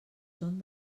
són